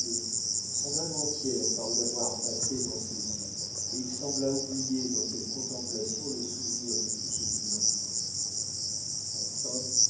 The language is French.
son âme entière parut avoir passé dans ses yeux et il sembla oublier dans cette contemplation le souvenir de tout ce qui l'entourait enfin